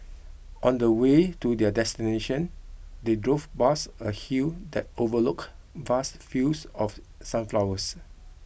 on the way to their destination they drove past a hill that overlook vast fields of sunflowers